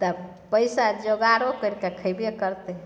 तऽ पैसा जोगारो करिके खयबे करतै